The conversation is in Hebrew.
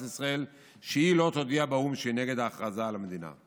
ישראל שהיא לא תודיע באו"ם שהיא נגד ההכרזה על המדינה.